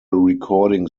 recording